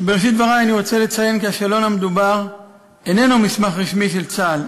בראשית דברי אני רוצה לציין כי השאלון המדובר איננו מסמך רשמי של צה"ל